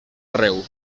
arreu